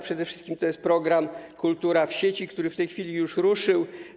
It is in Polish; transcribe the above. Przede wszystkim to jest program „Kultura w sieci”, który w tej chwili już ruszył.